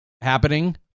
happening